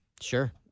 Sure